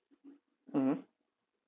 mmhmm